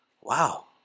Wow